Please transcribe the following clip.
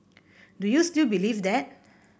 do you still believe that